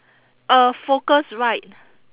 uh focus right